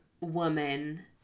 woman